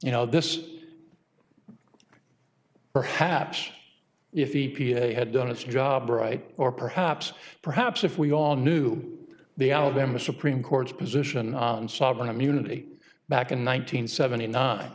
you know this perhaps if he had done his job right or perhaps perhaps if we all knew the alabama supreme court's position on sovereign immunity back in one nine hundred seventy nine